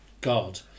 God